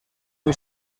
muy